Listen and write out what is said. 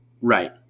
right